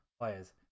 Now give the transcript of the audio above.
players